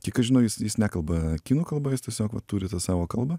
kiek aš žinau jis jis nekalba kinų kalba jis tiesiog va turi tą savo kalbą